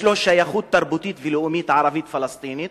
לו שייכות תרבותית ולאומית ערבית פלסטינית,